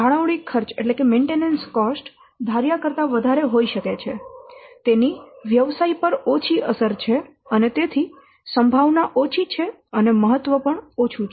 જાળવણી ખર્ચ ધાર્યા કરતા વધારે હોઈ શકે છે તેની વ્યવસાય પર અસર ઓછી છે અને તેથી સંભાવના ઓછી છે અને મહત્વ ઓછું છે